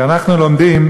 כתוב: